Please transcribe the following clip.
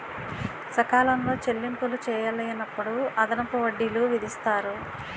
సకాలంలో చెల్లింపులు చేయలేనప్పుడు అదనపు వడ్డీలు విధిస్తారు